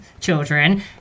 children